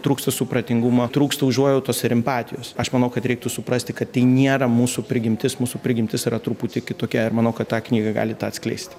trūksta supratingumo trūksta užuojautos ir empatijos aš manau kad reiktų suprasti kad tai nėra mūsų prigimtis mūsų prigimtis yra truputį kitokia ir manau kad ta knyga gali tą atskleisti